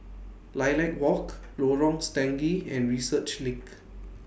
Lilac Walk Lorong Stangee and Research LINK